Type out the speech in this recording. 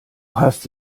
hast